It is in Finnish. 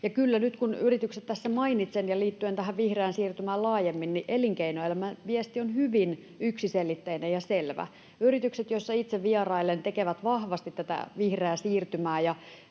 kun yritykset tässä mainitsen — ja liittyen tähän vihreään siirtymään laajemmin — elinkeinoelämän viesti on hyvin yksiselitteinen ja selvä: yritykset, joissa itse vierailen, tekevät vahvasti tätä vihreää siirtymää